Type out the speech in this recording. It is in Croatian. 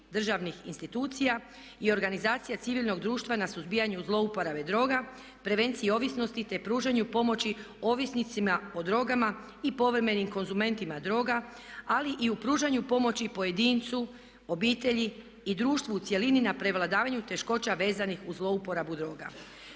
državnih institucija i organizacija civilnog društva na suzbijanju zlouporabe droga, prevencije ovisnosti te pružanju i pomoći ovisnicima o drogama i povremenim konzumentima droga ali i pružanju pomoći pojedincu, obitelji i društvu u cjelini na prevladavanju teškoća vezanih uz zlouporabu droga.